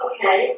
Okay